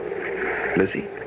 Lizzie